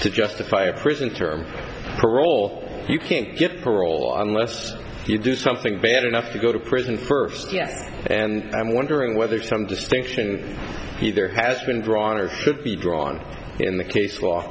to justify a prison term for ole you can't get parole unless you do something bad enough you go to prison first yes and i'm wondering whether some distinction either has been drawn or to be drawn in the case